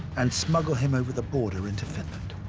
and smuggle him over the border into finland.